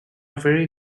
very